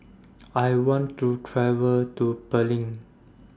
I want to travel to Berlin